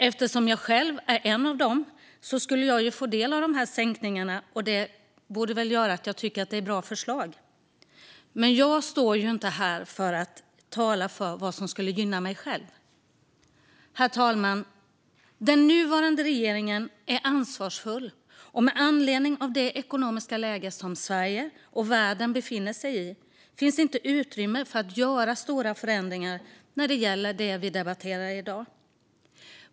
Att jag själv är en av dem som skulle få del av dessa sänkningar borde göra att jag tycker att det är bra förslag. Men jag står inte här för att tala för vad som skulle gynna mig själv. Herr talman! Den nuvarande regeringen är ansvarsfull. Med anledning av det ekonomiska läge som Sverige och världen befinner sig i finns inte utrymme för att göra stora förändringar inom det vi debatterar i dag.